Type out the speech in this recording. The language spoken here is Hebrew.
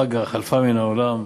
פגה, חלפה מן העולם,